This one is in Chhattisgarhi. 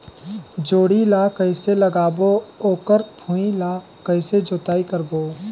जोणी ला कइसे लगाबो ओकर भुईं ला कइसे जोताई करबो?